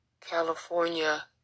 California